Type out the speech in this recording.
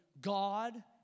God